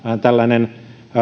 tällainen